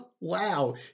Wow